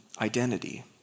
identity